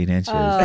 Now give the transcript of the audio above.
inches